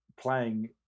playing